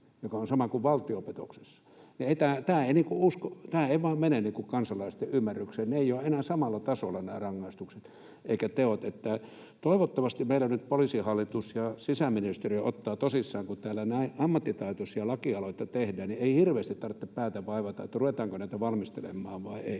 joka on sama kuin valtiopetoksessa. Tämä ei vain mene kansalaisten ymmärrykseen. Eivät ole enää samalla tasolla nämä rangaistukset ja teot. Toivottavasti meillä nyt Poliisihallitus ja sisäministeriö ottavat tosissaan, kun täällä näin ammattitaitoisia lakialoitteita tehdään, että ei hirveästi tarvitse päätä vaivata, ruvetaanko näitä valmistelemaan vai ei.